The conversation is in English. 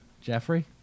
Jeffrey